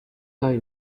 eye